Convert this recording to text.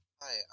hi